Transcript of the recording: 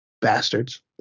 bastards